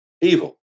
evil